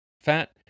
Fat